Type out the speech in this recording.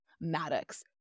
Maddox